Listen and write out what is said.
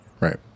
Right